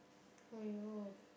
!aiyo!